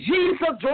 Jesus